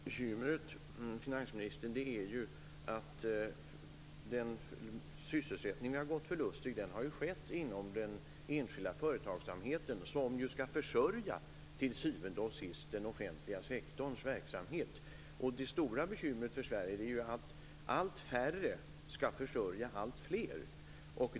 Herr talman! Bekymret, finansministern, är att den sysselsättning vi har gått förlustig är den som fanns inom den enskilda företagsamheten, som till syvende och sist skall försörja den offentliga sektorns verksamhet. Det stora bekymret för Sverige är att allt färre skall försörja alltfler.